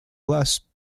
glass